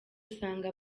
usanga